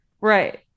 Right